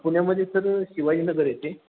पुण्यामध्ये सर शिवाजीनगर येथे